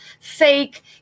fake